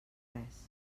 res